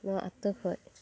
ᱱᱚᱣᱟ ᱟᱹᱛᱩ ᱠᱷᱚᱱ